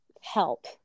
help